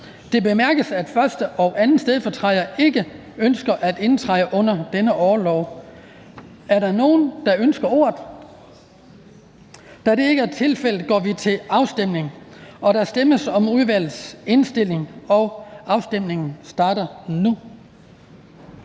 Det bemærkes, at 1. og 2. stedfortræder ikke ønsker at indtræde under denne orlov. Er der nogen, der ønsker ordet? Da det ikke er tilfældet, går vi til afstemning. Kl. 14:45 Afstemning Den fg.